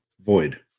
Void